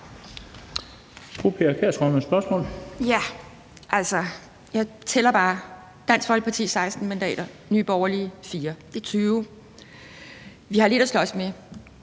jeg tæller bare. Dansk Folkeparti: 16 mandater. Nye Borgerlige: 4 mandater. Det er 20 mandater. Vi har lidt at slås med.